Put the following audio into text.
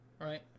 right